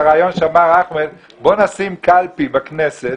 לרעיון אמר אחמד: בוא נשים קלפי בכנסת,